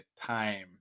time